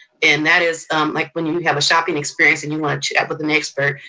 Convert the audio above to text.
and that is like when you have a shopping experience and you wanna chat with an expert.